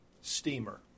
Steamer